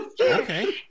Okay